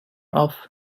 off